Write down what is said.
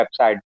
website